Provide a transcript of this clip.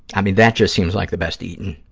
i mean, that just seems like the best eating.